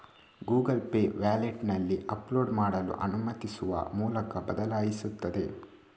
Google Pay ವ್ಯಾಲೆಟಿನಲ್ಲಿ upload ಮಾಡಲು ಅನುಮತಿಸುವ ಮೂಲಕ ಬದಲಾಯಿಸುತ್ತದೆ